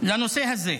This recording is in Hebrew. לנושא הזה.